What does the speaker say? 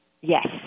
Yes